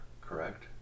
correct